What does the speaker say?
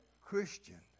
Christian